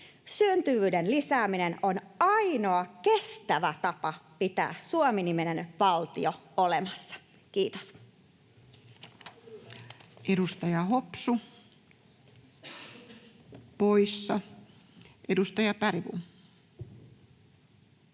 Syntyvyyden lisääminen on ainoa kestävä tapa pitää Suomi-niminen valtio olemassa. — Kiitos. Edustaja Hopsu poissa. — Edustaja Bergbom.